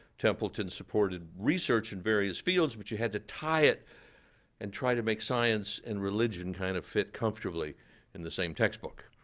templeton supported research in various fields, but you had to tie it and try to make science and religion kind of fit comfortably in the same textbook.